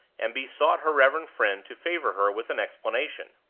and besought her reverend friend to favor her with an explanation.